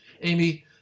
amy